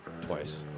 twice